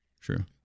true